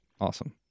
awesome